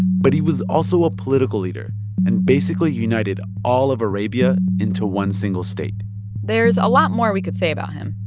but he was also a political leader and basically united all of arabia into one single state there's a lot more we could say about him.